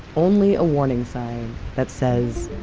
only a warning sign that says,